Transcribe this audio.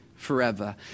Forever